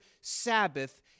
Sabbath